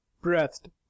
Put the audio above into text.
breathed